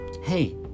hey